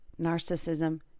narcissism